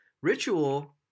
ritual